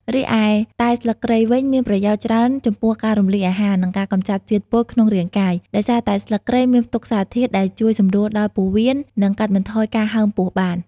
រីឯតែស្លឹកគ្រៃវិញមានប្រយោជន៍ច្រើនចំពោះការរំលាយអាហារ និងការកម្ចាត់ជាតិពុលក្នុងរាងកាយ ដោយសារតែស្លឹកគ្រៃមានផ្ទុកសារធាតុដែលជួយសម្រួលដល់ពោះវៀន និងកាត់បន្ថយការហើមពោះបាន។